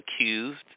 accused